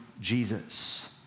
Jesus